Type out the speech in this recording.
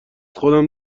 خودم